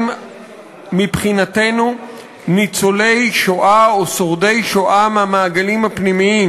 הם מבחינתנו ניצולי שואה או שורדי שואה מהמעגלים הפנימיים,